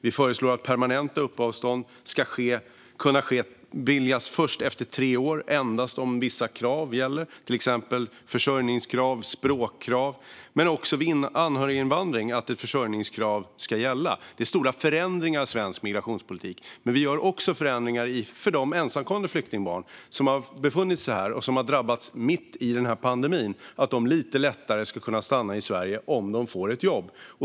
Vi föreslår att permanenta uppehållstillstånd ska kunna beviljas först efter tre år och endast om vissa krav uppfylls, exempelvis försörjningskrav och språkkrav. Också vid anhöriginvandring ska försörjningskrav gälla. Det är stora förändringar i svensk migrationspolitik. Vi gör också förändringar för de ensamkommande flyktingbarn som befinner sig här och har drabbats mitt i en pandemi så att de lite lättare ska kunna stanna i Sverige om de får ett jobb.